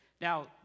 now